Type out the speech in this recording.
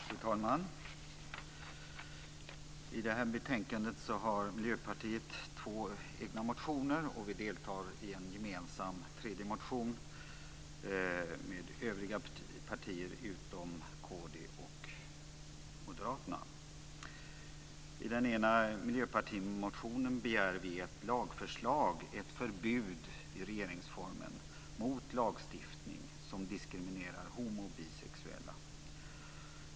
Fru talman! I det här betänkandet har Miljöpartiet två egna motioner. Vi deltar gemensamt med övriga partier, utom kd och Moderaterna, i en tredje motion. I den ena miljöpartimotionen begär vi ett lagförslag som innebär ett förbud i regeringsformen mot lagstiftning som diskriminerar homo och bisexuella.